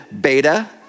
beta